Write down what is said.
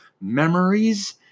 memories